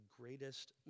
greatest